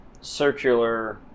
circular